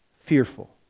fearful